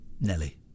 Nelly